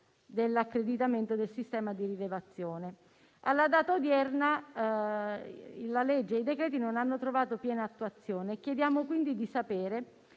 dell'accreditamento del sistema di rilevazione. Alla data odierna, i decreti non hanno trovato piena attuazione e chiediamo quindi di sapere: